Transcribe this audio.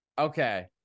Okay